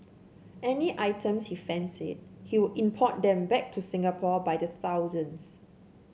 any items he fancied he would import them back to Singapore by the thousands